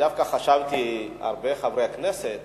דווקא חשבתי שהרבה חברי כנסת